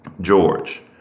George